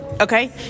Okay